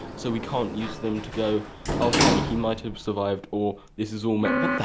so we can't use them to go oh hey! he might have survived, or this is all ma.